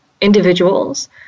individuals